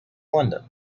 london